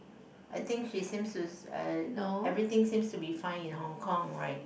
I think she seems to uh everything seems to be fine in Hong-Kong right